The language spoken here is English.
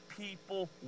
People